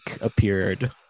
appeared